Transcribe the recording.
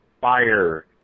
fire